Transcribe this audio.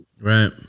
right